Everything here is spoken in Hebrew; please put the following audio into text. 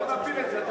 אנחנו נפיל את זה,